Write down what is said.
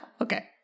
Okay